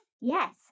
yes